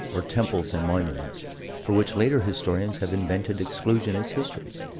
or temples and monuments for which later historians have invented exclusionist histories.